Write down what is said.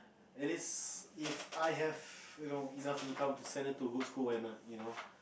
Alice If I have enough income to send her to good school you know why not